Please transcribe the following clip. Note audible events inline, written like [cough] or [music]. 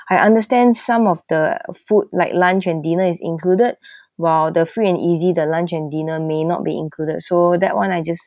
I understand some of the food like lunch and dinner is included [breath] while the free and easy the lunch and dinner may not be included so that one I just